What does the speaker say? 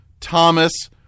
Thomas